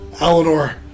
Eleanor